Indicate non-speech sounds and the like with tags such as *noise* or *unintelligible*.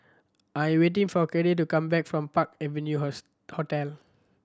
I'm waiting for Kade to come back from Park Avenue *unintelligible* Hotel